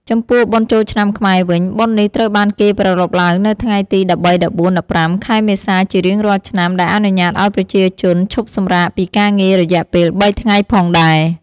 ចំពោះបុណ្យចូលឆ្នាំខ្មែរវិញ បុណ្យនេះត្រូវបានគេប្រារព្ធឡើងនៅថ្ងៃទី ១៣,១៤,១៥ខែមេសាជារៀងរាល់ឆ្នាំដែលអនុញ្ញាតឪ្យប្រជាជនឈប់សម្រាកពីការងាររយៈពេល៣ថ្ងៃផងដែរ ។